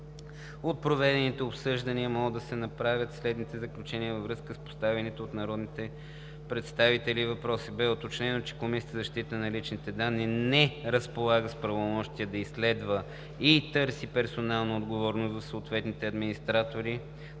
От проведените обсъждания може да се посочат следните заключения във връзка с поставените от народните представители въпроси. Беше уточнено, че Комисията за защита на личните данни не разполага с правомощия да изследва и търси персонална отговорност от съответните администратори